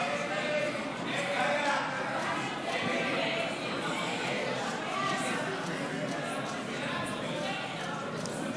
ההסתייגויות לסעיף 07 בדבר תוספת תקציב לא נתקבלו.